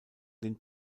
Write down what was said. den